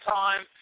time